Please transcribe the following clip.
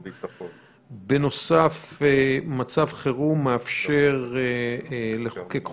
בנוסף, מצב חירום מאפשר לחוקק חוקים,